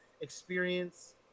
experience